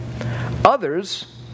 Others